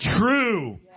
true